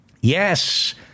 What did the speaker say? Yes